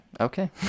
Okay